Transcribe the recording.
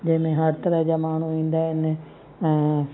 जंहिं में हर तरह जा माण्हू ईंदा आहिनि ऐं